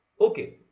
okay